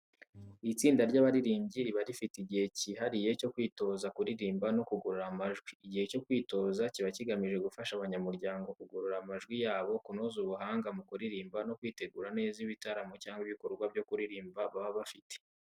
Itsinda ry'abaririmbyi riba rifite igihe cyihariye cyo kwitoza kuririmba no kugorora amajwi. Igihe cyo kwitoza kiba kigamije gufasha abanyamuryango kugorora amajwi yabo, kunoza ubuhanga mu kuririmba, no kwitegura neza ibitaramo cyangwa ibikorwa byo kuririmba baba bafite.